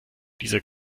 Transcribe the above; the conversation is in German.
dieser